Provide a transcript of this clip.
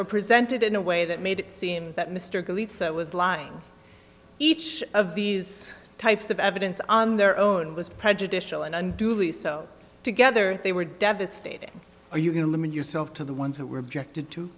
were presented in a way that made it seem that mr that was lying each of these types of evidence on their own was prejudicial and unduly so together they were devastated are you going to limit yourself to the ones that were objected to